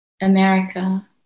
America